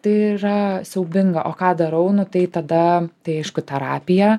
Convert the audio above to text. tai yra siaubinga o ką darau nu tai tada tai aišku terapija